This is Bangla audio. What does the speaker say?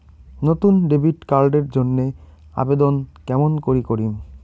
নতুন ডেবিট কার্ড এর জন্যে আবেদন কেমন করি করিম?